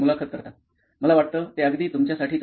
मुलाखत कर्ता मला वाटतं ते अगदी तुमच्यासाठीच आहे